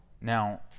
Now